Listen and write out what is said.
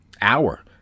hour